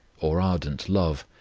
or ardent love,